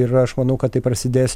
ir aš manau kad tai prasidės